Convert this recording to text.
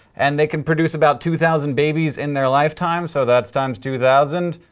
and they can produce about two thousand babies in their lifetime, so that's times two thousand.